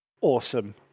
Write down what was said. awesome